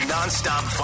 Non-stop